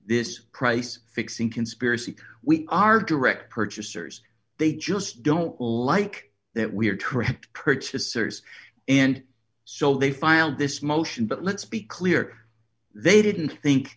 this price fixing conspiracy we are direct purchasers they just don't like that we are tricked purchasers and so they filed this motion but let's be clear they didn't think